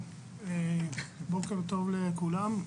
טוב, בוקר טוב לכולם.